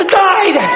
died